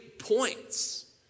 points